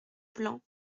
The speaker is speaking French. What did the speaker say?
plan